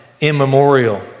immemorial